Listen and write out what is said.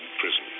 prison